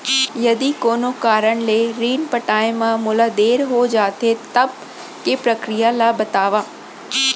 यदि कोनो कारन ले ऋण पटाय मा मोला देर हो जाथे, तब के प्रक्रिया ला बतावव